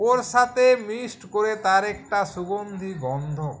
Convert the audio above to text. ওর সাথে মিক্সড করে তার একটা সুগন্ধি গন্ধ